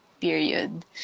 period